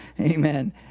Amen